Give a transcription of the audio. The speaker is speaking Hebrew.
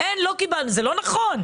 זה לא נכון.